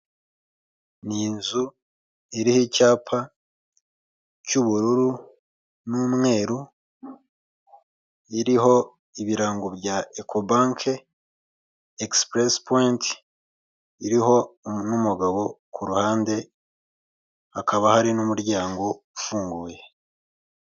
Ni inzu iriho icyapa cy'ubururu n'umweru iriho ibirango bya ecobank exprespoint iriho n'umugabo ku ruhande hakaba hari n'umuryango ufunguye.